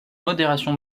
modération